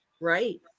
Right